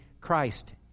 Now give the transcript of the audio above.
Christ